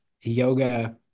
yoga